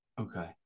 okay